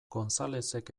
gonzalezek